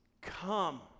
come